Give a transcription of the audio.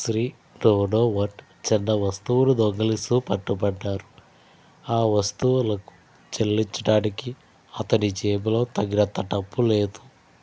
Shri Donovan చిన్న వస్తువులు దొంగలిస్తూ పట్టుబడ్డారు ఆ వస్తువులకు చెల్లించడానికి అతని జేబులో తగినంత డబ్బు లేదు